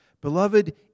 Beloved